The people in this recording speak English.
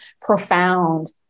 profound